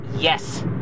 yes